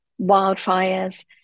wildfires